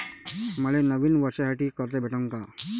मले नवीन वर्षासाठी कर्ज भेटन का?